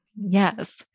yes